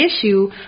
issue